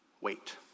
wait